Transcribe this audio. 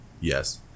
Yes